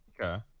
Okay